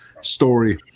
story